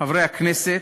חברי הכנסת,